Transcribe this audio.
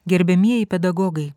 gerbiamieji pedagogai